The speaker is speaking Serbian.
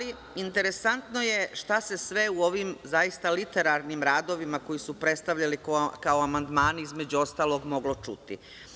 Interesantno je šta se sve u ovim zaista literalnim radovima koji su predstavljani kao amandmani, između ostalog, moglo čuti.